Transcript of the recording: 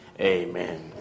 Amen